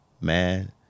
man